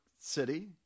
City